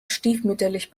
stiefmütterlich